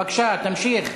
בבקשה, תמשיך.